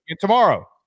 Tomorrow